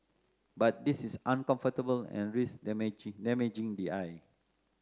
but this is uncomfortable and risks damage damaging the eye